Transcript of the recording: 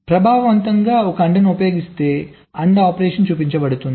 ప్రభావవంతంగా ఒక AND ఉపయోగిస్తే AND ఆపరేషన్ చూపించబడుతుంది